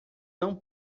não